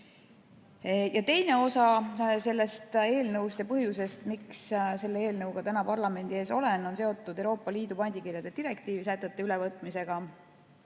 Teine osa sellest eelnõust ja põhjustest, miks ma selle eelnõuga täna parlamendi ees olen, on seotud Euroopa Liidu pandikirjade direktiivi sätete ülevõtmisega.